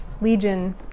legion